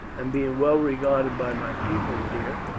and being well regarded by my people here,